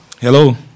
Hello